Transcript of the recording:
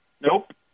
Nope